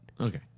okay